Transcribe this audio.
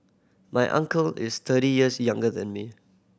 my uncle is thirty years younger than me